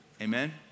Amen